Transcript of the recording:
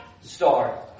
start